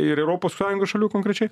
ir europos sąjungos šalių konkrečiai